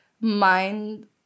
mind